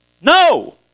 No